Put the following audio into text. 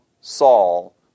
Saul